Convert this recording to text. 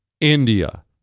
India